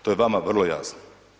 To je vama vrlo jasno.